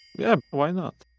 yeah. why not?